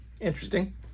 Interesting